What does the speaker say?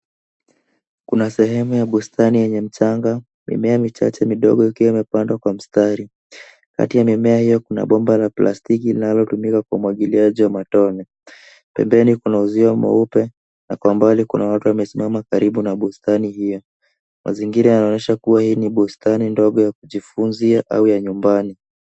Kuna sehemu ya bustani yenye mchanga, mimea michache midogo ikiwa imepandwa kwa mstari. Kati ya mimea hiyo kuna bomba la plastiki linalotumika kwa umwagiliaji wa matone. Pembeni kuna uzio mweupe na kwa mbali kuna watu wamesimama karibu na bustani hiyo. Mazingira yanaonyesha kuwa hii ni bustani ndogo ya kujifunzia au ya nyumbani..